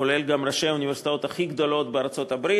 כולל גם ראשי האוניברסיטאות הכי גדולות בארצות-הברית.